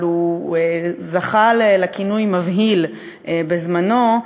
אבל הוא זכה לַכינוי "מבהיל" בזמנו,